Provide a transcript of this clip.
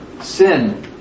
sin